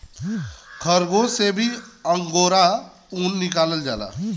खरगोस से भी अंगोरा ऊन निकालल जाला